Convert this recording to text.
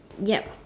yup